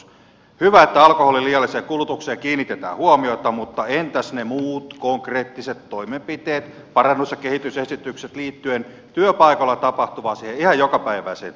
hyvä että alkoholin liialliseen kulutukseen kiinnitetään huomiota mutta entäs ne muut konkreettiset toimenpiteet parannus ja kehitysesitykset liittyen työpaikoilla tapahtuvaan siihen ihan jokapäiväiseen työhön